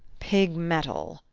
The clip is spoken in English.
pig-metal,